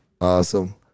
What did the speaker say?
awesome